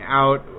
out